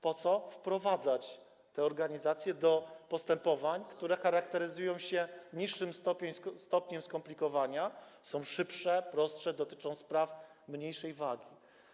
Po co wprowadzać te organizacje do postępowań, które charakteryzują się niższym stopniem skomplikowania, są szybsze, prostsze, dotyczą spraw mniejszej wagi?